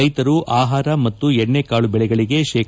ರೈತರು ಆಹಾರ ಮತ್ತು ಎಣ್ಣೆ ಕಾಳು ಬೆಳೆಗಳಿಗೆ ಶೇ